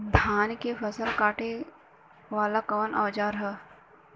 धान के फसल कांटे वाला कवन औजार ह?